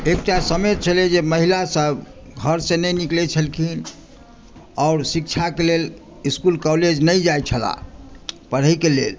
एकटा समय छलै जे महिला सभ घर से नहि निकलै छलखिन आओर शिक्षाकेँ लेल इसकुल कॉलेज नहि जाइ छलए पढ़ैकेँ लेल